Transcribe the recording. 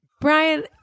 Brian